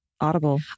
Audible